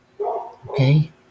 Okay